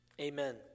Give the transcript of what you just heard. amen